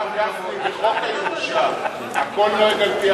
הרב גפני, בחוק הירושה הכול נוהג על-פי ההלכה?